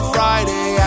Friday